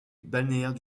balnéaire